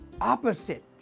Opposite